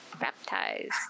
Baptized